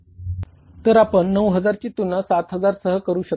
तर आपण 9000 ची तुलना 7000 सह करू शकत नाही